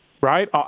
right